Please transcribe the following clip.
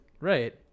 Right